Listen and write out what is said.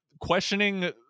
questioning